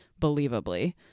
believably